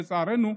לצערנו.